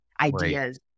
ideas